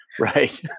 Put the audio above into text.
Right